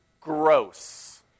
gross